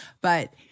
but-